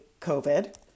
COVID